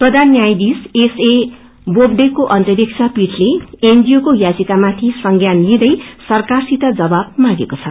प्रधान न्यायाधीश एसए बोबड़ेको अध्यक्षीय पीठलेएनजीओ को याचिकामाथि संज्ञान लिदै सरकारसित जवाब मंगिको छ